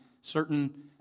certain